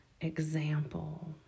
example